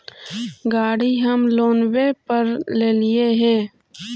गाड़ी हम लोनवे पर लेलिऐ हे?